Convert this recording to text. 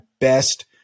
best